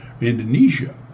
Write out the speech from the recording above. Indonesia